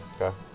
Okay